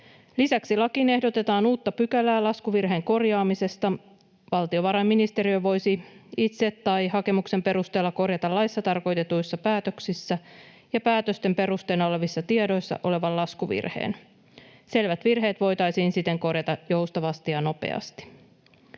Lisäksi lakiin ehdotetaan uutta pykälää laskuvirheen korjaamisesta. Valtiovarainministeriö voisi itse tai hakemuksen perusteella korjata laissa tarkoitetuissa päätöksissä ja päätösten perusteena olevissa tiedoissa olevan laskuvirheen. Selvät virheet voitaisiin siten korjata joustavasti ja nopeasti.